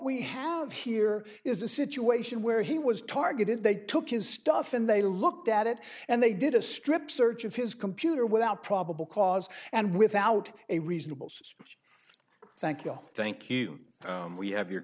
we have here is a situation where he was targeted they took his stuff and they looked at it and they did a strip search of his computer without probable cause and without a reasonable suspicion thank you thank you we have your